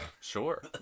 sure